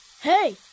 Hey